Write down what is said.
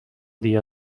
dia